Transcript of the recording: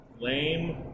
lame